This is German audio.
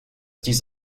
dies